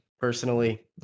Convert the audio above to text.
personally